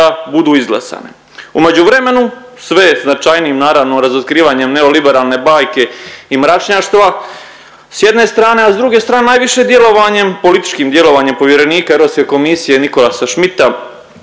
budu izglasane. U međuvremenu sve značajnijim naravno razotkrivanjem neoliberalne bajke i mračnjaštva s jedne strane, a s druge strane najviše djelovanjem, političkim djelovanjem povjerenika Rosijeve komisije Nicholasa Schmita,